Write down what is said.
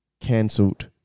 Cancelled